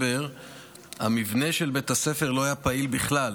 בדצמבר המבנה של בית הספר לא היה פעיל בכלל